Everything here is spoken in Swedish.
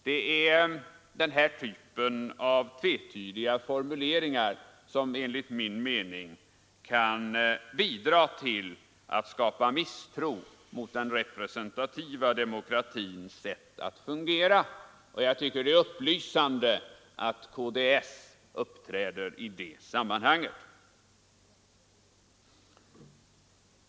Det är den här typen av tvetydiga formuleringar som enligt min mening kan bidra till att skapa misstro mot den representativa demokratins sätt att fungera. Jag tycker att det är upplysande att KDS uppträder i det sammanhanget.